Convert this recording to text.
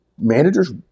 Managers